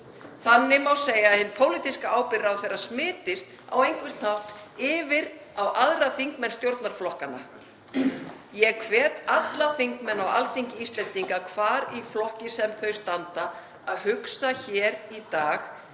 Þannig má segja að hin pólitíska ábyrgð ráðherra smitist á einhvern hátt yfir á aðra þingmenn stjórnarflokkanna. Ég hvet alla þingmenn á Alþingi Íslendinga, hvar í flokki sem þau standa, að hugsa hér í dag